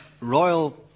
Royal